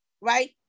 right